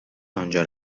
آنجا